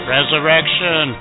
Resurrection